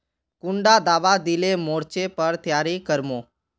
कुंडा दाबा दिले मोर्चे पर तैयारी कर मो?